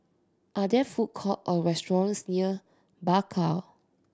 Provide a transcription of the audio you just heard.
are there food court or restaurants near Bakau